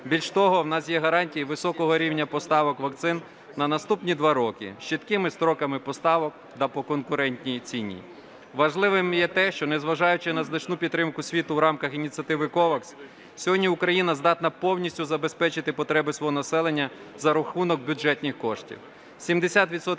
Більш того, у нас є гарантії високого рівня поставок вакцин на наступні два роки з чіткими строками поставок та по конкурентній ціні. Важливим є те, що, незважаючи на значну підтримку світу у рамках ініціативи COVAX, сьогодні Україна здатна повністю забезпечити потреби свого населення за рахунок бюджетних коштів.